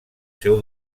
seu